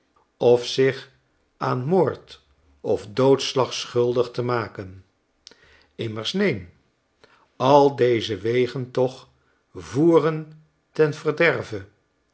of zich aan moord of doodslag schuldig te maken immersneen al deze wegen toch voeren ten verderve